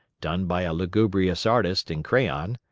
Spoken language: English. done by a lugubrious artist in crayon,